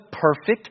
perfect